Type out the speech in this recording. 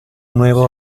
nuevo